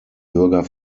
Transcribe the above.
bürger